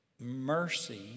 mercy